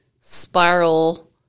spiral